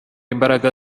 imbaraga